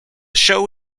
show